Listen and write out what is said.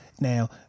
now